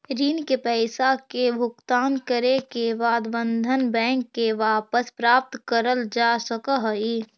ऋण के पईसा के भुगतान करे के बाद बंधन बैंक से वापस प्राप्त करल जा सकऽ हई